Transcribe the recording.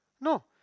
No